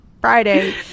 Friday